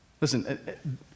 listen